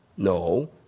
No